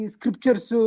Scriptures